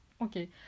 Okay